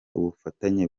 ubufatanye